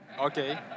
Okay